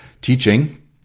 teaching